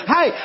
Hey